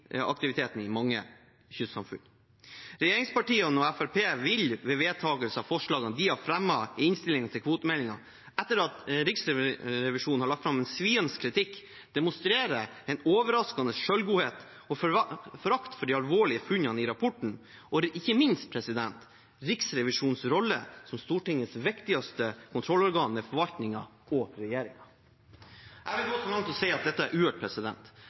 i mange kystsamfunn. Regjeringspartiene og Fremskrittspartiet vil ved vedtak av forslagene de har fremmet i innstillingen til kvotemeldingen, etter at Riksrevisjonen har lagt fram en sviende kritikk, demonstrere en overraskende selvgodhet og forakt for de alvorlige funnene i rapporten – og ikke minst for Riksrevisjonens rolle som Stortingets viktigste kontrollorgan med forvaltningen og regjeringen. Jeg vil gå så langt som å si at dette er uhørt.